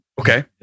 Okay